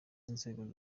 inzego